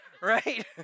right